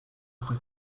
fue